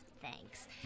Thanks